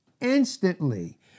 instantly